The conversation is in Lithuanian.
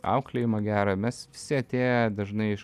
auklėjimą gerą mes visi atėję dažnai iš